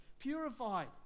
purified